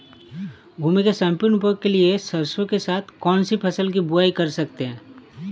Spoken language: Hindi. भूमि के सम्पूर्ण उपयोग के लिए सरसो के साथ कौन सी फसल की बुआई कर सकते हैं?